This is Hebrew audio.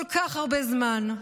כל כך הרבה זמן,